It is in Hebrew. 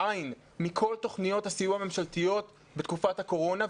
בעי"ן מכל תוכניות הסיוע הממשלתיות בתקופת הקורונה,